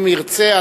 אם ירצה,